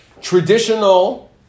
traditional